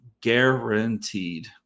guaranteed